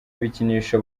ibikinisho